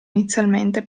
inizialmente